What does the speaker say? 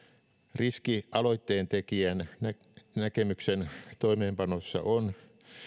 riski aloitteen tekijän näkemyksen toimeenpanossa on